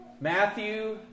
Matthew